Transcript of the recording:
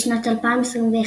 בשנת 2021,